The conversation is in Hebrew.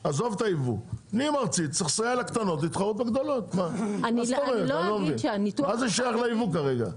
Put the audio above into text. ארצית, זה לא שייך לייבוא.